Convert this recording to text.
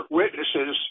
witnesses